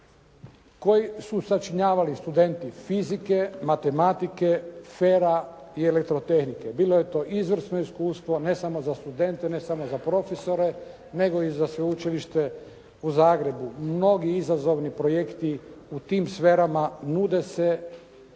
koji su sačinjavali studenti fizike, matematike, FER-a i elektrotehnike. Bilo je to izvrsno iskustvo ne samo za studente, ne samo za profesore nego i za Sveučilište u Zagrebu. Mnogi izazovni projekti u tim sferama nude se, potrebni